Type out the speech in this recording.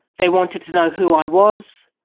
they wanted to know who i was,